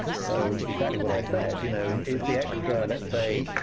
so exactly what i said. you know is the extra, let's say,